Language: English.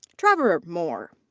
trevor ah moore.